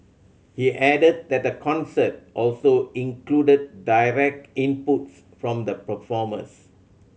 he added that the concert also included direct inputs from the performers